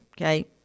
okay